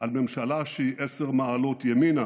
על ממשלה שהיא 10 מעלות ימינה